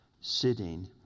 Sitting